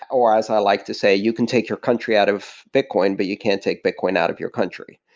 or as i like to say, you can take your country out of bitcoin, but you can't take bitcoin out of your country.